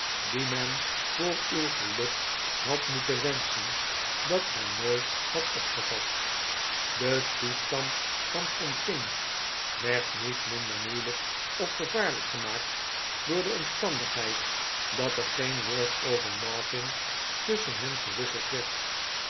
die men voor uw geluk had moeten wenschen dat gij nooit hadt opgevat de toestand van tom pinch werd niet minder moeilijk of gevaarlijk gemaakt door de omstandigheid dat er geen woord over martin tusschen hen gewisseld werd